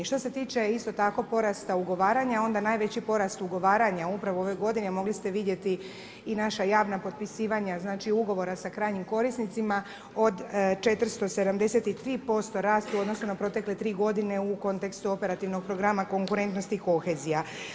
Što se tiče isto tako porasta ugovaranja onda najveći porast ugovaranja upravo u ovoj godini mogli ste vidjeti i naša javna potpisivanja znači ugovora sa krajnjim korisnicima od 473% rast u odnosu na protekle 3 godine u kontekstu operativnog programa konkurentnosti i kohezija.